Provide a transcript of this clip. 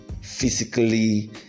physically